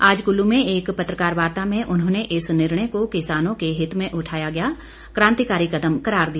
आज कल्लू में एक पत्रकार वार्ता में उन्होंने इस निर्णय को किसानों के हित में उठाया गया कांतिकारी कदम करार दिया